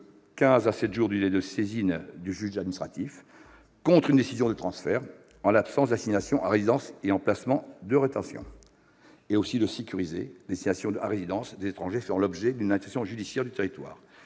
à sept jours du délai de saisine du juge administratif contre une décision de transfert en l'absence d'assignation à résidence ou de placement en rétention, et de sécuriser les assignations à résidence des étrangers faisant l'objet d'une interdiction judiciaire du territoire.